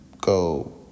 go